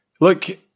Look